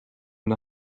and